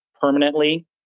permanently